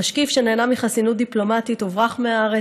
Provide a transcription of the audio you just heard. המשקיף, שנהנה מחסינות דיפלומטית, הוברח מהארץ.